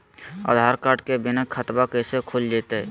आधार card के बिना खाताबा कैसे खुल तय?